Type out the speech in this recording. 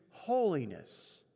holiness